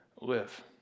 live